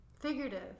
Figurative